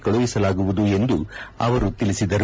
ಕಳುಹಿಸಲಾಗುವುದು ಎಂದು ಅವರು ತಿಳಸಿದರು